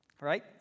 right